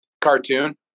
Cartoon